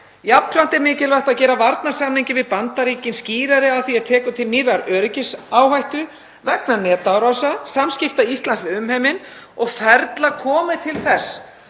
Jafnframt er mikilvægt að gera varnarsamninginn við Bandaríkin skýrari að því er tekur til nýrrar öryggisáhættu, vegna netárása, samskipta Íslands við umheiminn og ferla komi til þess